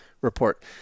report